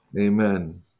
Amen